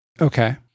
okay